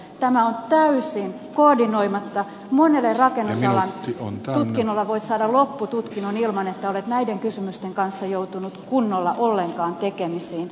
tämä on täysin koordinoimatta rakennusalalla voi saada loppututkinnon ilman että olet näiden kysymysten kanssa joutunut kunnolla ollenkaan tekemisiin